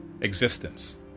existence